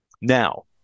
Now